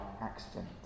accident